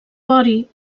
vori